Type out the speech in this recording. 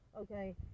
Okay